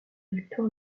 victoire